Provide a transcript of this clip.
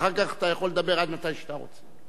אחר כך אתה יכול לדבר עד מתי שאתה רוצה.